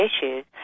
issues